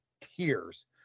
tears